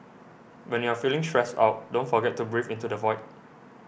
when you are feeling stressed out don't forget to breathe into the void